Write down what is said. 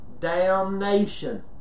damnation